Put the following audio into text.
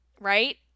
right